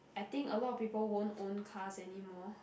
I think a lot of people won't own cars anymore